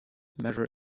measure